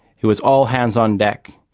it was all hands on deck,